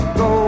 go